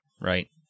right